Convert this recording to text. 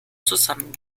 zusammen